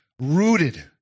rooted